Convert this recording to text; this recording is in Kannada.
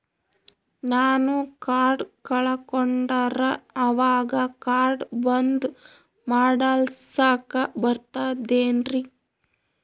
ನಾನು ಕಾರ್ಡ್ ಕಳಕೊಂಡರ ಅವಾಗ ಕಾರ್ಡ್ ಬಂದ್ ಮಾಡಸ್ಲಾಕ ಬರ್ತದೇನ್ರಿ?